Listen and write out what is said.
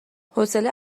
حوصله